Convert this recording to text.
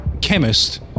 chemist